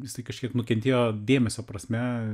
vis tik kažkiek nukentėjo dėmesio prasme